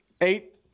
Eight